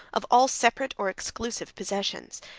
of all separate or exclusive possessions.